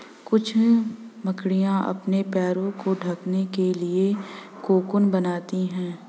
कुछ मकड़ियाँ अपने पैरों को ढकने के लिए कोकून बनाती हैं